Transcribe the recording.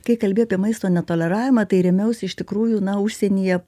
kai kalbi apima maisto netoleravimą tai rėmiausi iš tikrųjų na užsienyje